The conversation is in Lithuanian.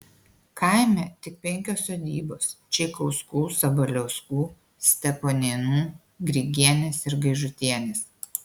kaime tik penkios sodybos čeikauskų sabaliauskų steponėnų grigienės ir gaižutienės